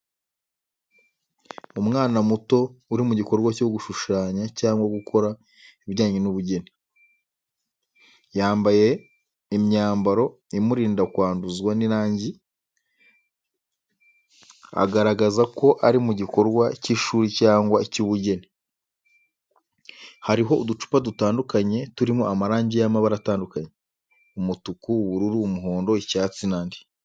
Umwana muto uri mu gikorwa cyo gushushanya cyangwa gukora ibijyanye n’ubugeni. Yambaye imyambaro imurinda kwanduzwa n’irangi, agaragaza ko ari mu gikorwa cy’ishuri cyangwa icy’ubugeni. Hariho uducupa dutandukanye, turimo amarangi y’amabara atandukanye: umutuku, ubururu, umuhondo, icyatsi, n’andi.